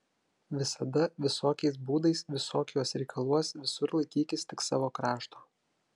visada visokiais būdais visokiuos reikaluos visur laikykis tik savo krašto